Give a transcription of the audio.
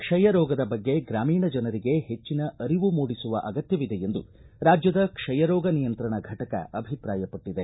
ಕ್ಷಯ ರೋಗದ ಬಗ್ಗೆ ಗ್ರಾಮೀಣ ಜನರಿಗೆ ಹೆಚ್ಚನ ಅರಿವು ಮೂಡಿಸುವ ಅಗತ್ಯವಿದೆ ಎಂದು ರಾಜ್ಯದ ಕ್ಷಯ ರೋಗ ನಿಯಂತ್ರಣ ಫಟಕ ಅಭಿಪ್ರಾಯಪಟ್ಟದೆ